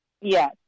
Yes